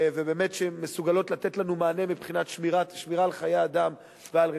שבאמת מסוגל לתת לנו מענה מבחינת שמירה על חיי אדם ועל רכוש,